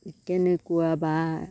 কেনেকুৱা বা